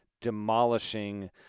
demolishing